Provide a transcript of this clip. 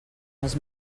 les